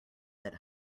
that